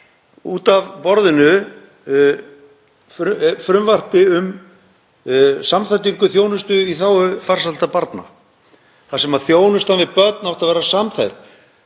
út af borðinu frumvarpi um samþættingu þjónustu í þágu farsældar barna þar sem þjónustan við börn átti að vera samþætt.